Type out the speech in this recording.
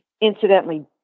incidentally